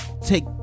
take